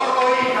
לא רואים.